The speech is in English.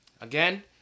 Again